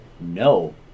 No